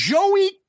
Joey